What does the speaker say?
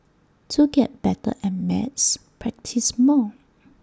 to get better at maths practise more